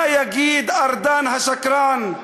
מה יגיד ארדן השקרן?